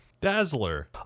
Dazzler